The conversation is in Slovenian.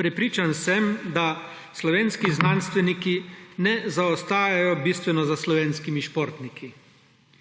Prepričan sem, da slovenski znanstveniki ne zaostajajo bistveno za slovenskimi športniki.